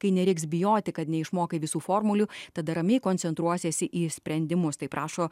kai nereiks bijoti kad neišmokai visų formulių tada ramiai koncentruosiesi į sprendimus taip rašo